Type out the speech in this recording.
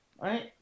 right